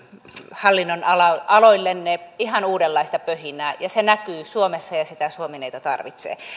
hallinnonaloillenne ihan uudenlaista pöhinää ja se näkyy suomessa ja ja sitä suomineito tarvitsee